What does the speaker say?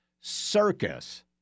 circus